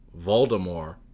Voldemort